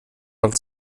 allt